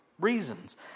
Reasons